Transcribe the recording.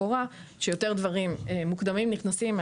שיותר דברים נכנסים לשלבים המוקדמים.